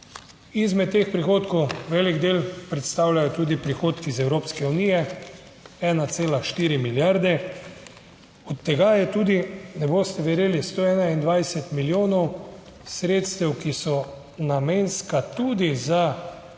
Izmed teh prihodkov velik del predstavljajo tudi prihodki iz Evropske unije, 1,4 milijarde, od tega je tudi, ne boste verjeli, 121 milijonov sredstev, ki so namenska tudi za